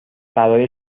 برای